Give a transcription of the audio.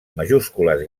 majúscules